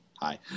hi